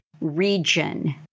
region